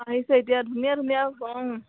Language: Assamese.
আহিছে এতিয়া ধুনীয়া ধুনীয়া ক